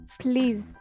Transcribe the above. please